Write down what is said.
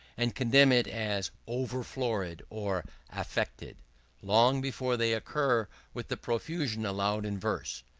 and condemn it as over florid or affected long before they occur with the profusion allowed in verse.